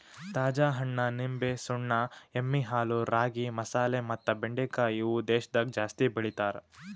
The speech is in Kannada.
ತಾಜಾ ಹಣ್ಣ, ನಿಂಬೆ, ಸುಣ್ಣ, ಎಮ್ಮಿ ಹಾಲು, ರಾಗಿ, ಮಸಾಲೆ ಮತ್ತ ಬೆಂಡಿಕಾಯಿ ಇವು ದೇಶದಾಗ ಜಾಸ್ತಿ ಬೆಳಿತಾರ್